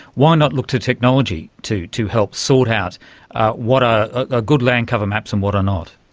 why not look to technology to to help sort out what are ah good land cover maps and what are not?